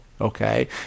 Okay